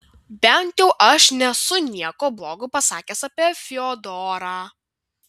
bent jau aš nesu nieko blogo pasakęs apie fiodorą